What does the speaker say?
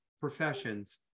Professions